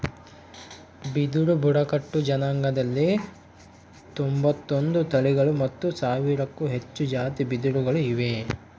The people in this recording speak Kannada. ಬಿದಿರು ಬುಡಕಟ್ಟು ಜನಾಂಗದಲ್ಲಿ ತೊಂಬತ್ತೊಂದು ತಳಿಗಳು ಮತ್ತು ಸಾವಿರಕ್ಕೂ ಹೆಚ್ಚು ಜಾತಿ ಬಿದಿರುಗಳು ಇವೆ